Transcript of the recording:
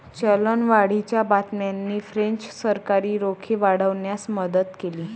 चलनवाढीच्या बातम्यांनी फ्रेंच सरकारी रोखे वाढवण्यास मदत केली